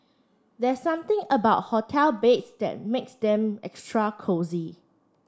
there's something about hotel beds that makes them extra cosy